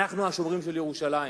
אנחנו השומרים של ירושלים.